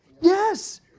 Yes